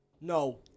No